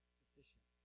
sufficient